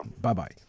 Bye-bye